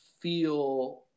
feel